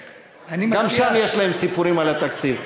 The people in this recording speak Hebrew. אני מציע, גם שם יש להם סיפורים על התקציב.